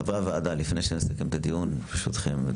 חברי הוועדה, לפני שנסכם את הדיון, ברשותכם.